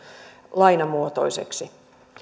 lainamuotoiseksi